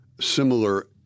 similar—